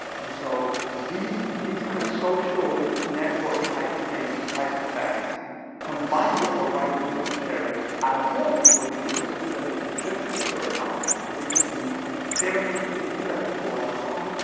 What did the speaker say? and so these these kind of social network type thing, type effects combined with the right tool for sharing at a point where the ecosystem was just mature enough for people to do very interesting things that before were not possible,